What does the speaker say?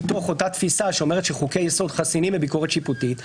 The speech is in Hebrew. מתוך אותה תפיסה שאומרת שחוקי יסוד חסינים מביקורת שיפוטית,